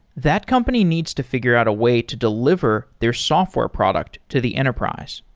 that company needs to figure out a way to deliver their software product to the enterprise.